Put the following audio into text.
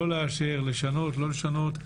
לשנות או לא לשנות,